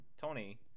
Tony